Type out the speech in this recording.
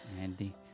Andy